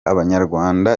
abanyarwanda